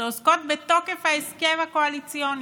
שעוסקות בתוקף ההסכם הקואליציוני,